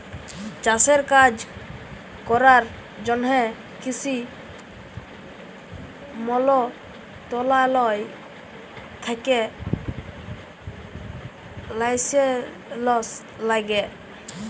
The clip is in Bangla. চাষের কাজ ক্যরার জ্যনহে কিসি মলত্রলালয় থ্যাকে লাইসেলস ল্যাগে